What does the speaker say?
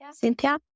Cynthia